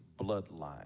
bloodline